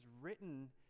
written